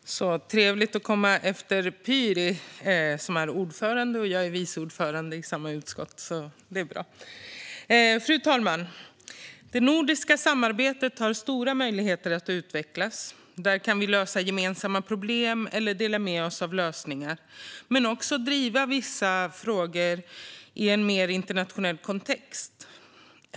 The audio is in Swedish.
Fru talman! Det är trevligt att komma efter Pyry, som är ordförande i det utskott där jag är vice ordförande. Det är bra! Fru talman! Det nordiska samarbetet har stora möjligheter att utvecklas. Där kan vi lösa gemensamma problem eller dela med oss av lösningar men också driva vissa frågor i en mer internationell kontext.